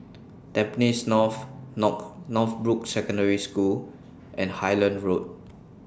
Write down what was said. Tampines North North Northbrooks Secondary School and Highland Road